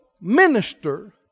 minister